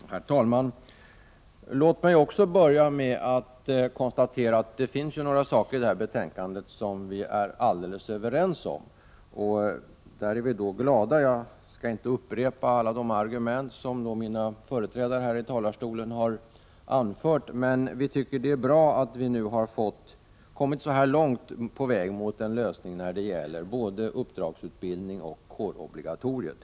Herr talman! Även jag vill börja med att konstatera att det finns några saker i det aktuella betänkandet som vi är helt överens om. Jag skall inte upprepa alla argument som tidigare talare har anfört här från talarstolen. Vi tycker dock att det är bra att vi nu har kommit så här långt på vägen mot en lösning när det gäller både uppdragsutbildningen och kårobligatoriet.